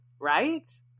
right